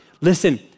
listen